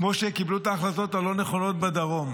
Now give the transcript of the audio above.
כמו שקיבלו את ההחלטות הלא-נכונות בדרום.